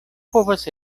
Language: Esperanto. povas